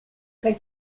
kaj